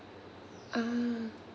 ah